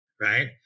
Right